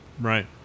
Right